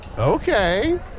Okay